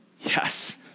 yes